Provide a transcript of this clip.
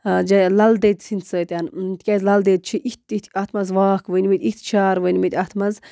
جیا لل دٮ۪د سٕنٛدِ سۭتٮ۪ن تِکیٛازِ لل دٮ۪دِ چھِ یِتھۍ تِتھۍ اَتھ منٛز واکھ ؤنۍمٕتۍ اِتھۍ شعار ؤنۍمٕتۍ اَتھ منٛز